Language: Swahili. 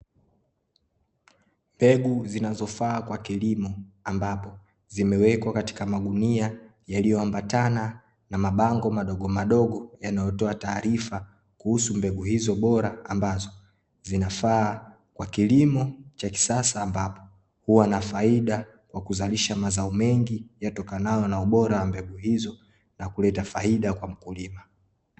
Mbegu zinazofaa kwa kilimo ambapo zimewekwa katika magunia yaliyoambatana na mabango madogo madogo yanayotoa taarifa kuhusu mbegu hizo bora ambazo, zinafaa kwa kilimo cha kisasa ambapo hua na faida kwa kuzalisha mazao mengi yatokanayo na ubora wa mbegu, hizo na kuleta faida kwa mkulima.